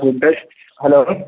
food hello